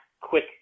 quick